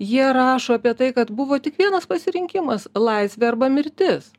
jie rašo apie tai kad buvo tik vienas pasirinkimas laisvė arba mirtis